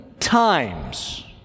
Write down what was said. times